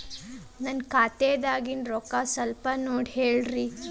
ನನ್ನ ಖಾತೆದಾಗಿನ ರೊಕ್ಕ ಸ್ವಲ್ಪ ನೋಡಿ ಹೇಳ್ರಿ